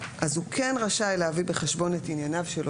אז הוא כן רשאי להביא בחשבון את ענייניו של אותו